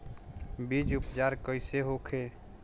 बीज उपचार कइसे होखे?